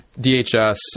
DHS